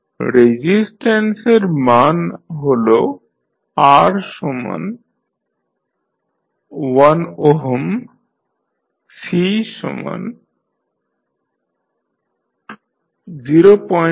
রেজিস্ট্যান্সের মান হল R1Ω C025FL05H